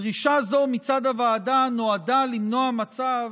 דרישה זו מצד הוועדה נועדה למנוע מצב